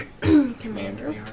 Commander